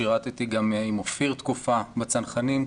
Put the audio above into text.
שירתי גם עם אופיר תקופה בצנחנים,